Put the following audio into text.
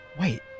Wait